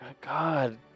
God